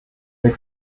der